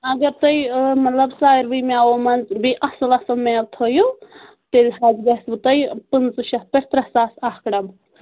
اگر تُہۍ مطلب ساروٕے میوو منٛزٕ بیٚیہِ اَصٕل اَصٕل میوٕ تھٲیِو تیٚلہِ حظ گژھِوٕ تۄہہِ پٔنٛژٕ شَتھ پٮ۪ٹھ ترٛےٚ ساس اَکھ ڈَبہٕ